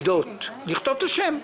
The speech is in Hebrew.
"עדוֹת" אלא לכתוב את השם.